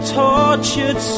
tortured